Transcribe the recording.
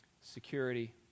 Security